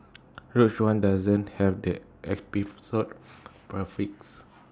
rogue one doesn't have the episode prefix